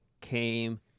came